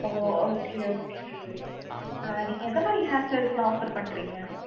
ஓ okay okay ஆ நீங்கள் எந்த மாதிரி ஹேர் ஸ்டைல்ஸ்லாம் ஆஃபர் பண்ணுறீங்க